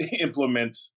implement